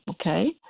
Okay